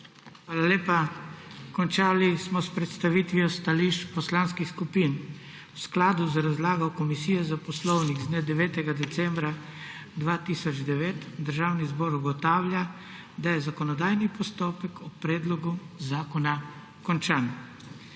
Hvala lepa. Končali smo s predstavitvijo stališč poslanskih skupin. V skladu z razlago Komisije za poslovnik z dne 9. decembra 2009 Državni zbor ugotavlja, da je postopek obravnave predloga deklaracije končan.